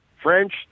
French